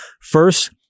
First